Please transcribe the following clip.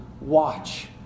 watch